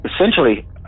Essentially